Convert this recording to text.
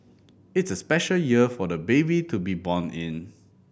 it's a special year for the baby to be born in